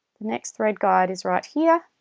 the next thread guide is right here